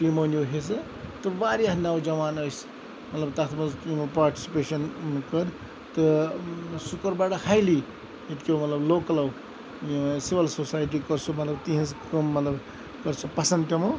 تِمو نیٚو حِصہٕ تہٕ واریاہ نوجَوان ٲسۍ مَطلَب تَتھ مَنٛز یِمو پاٹِسِپیشَن کٔر تہٕ سُہ کوٚر بَڑٕ ہایلی ییٚتہِ کٮ۪و مَطلَب لوکلَو سِوَل سوسَیٹی کوٚر سُہ مَطلَب تِہِنٛز کٲم مَطلِب کٔر سۄ پَسَنٛد تِمو